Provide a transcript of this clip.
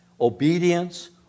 obedience